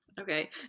Okay